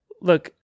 Look